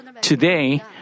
Today